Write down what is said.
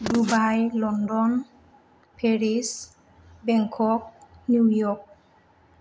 Dubai London Paris Bangkok New York